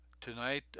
Tonight